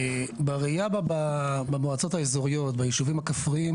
בראייה במועצות האזוריות ביישובים הכפריים